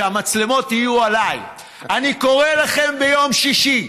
שהמצלמות יהיו עליי: אני קורא לכם ביום שישי,